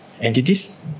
Entities